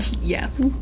yes